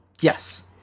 Yes